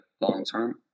long-term